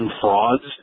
frauds